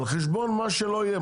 על חשבון מה שלא יהיה,